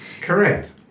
Correct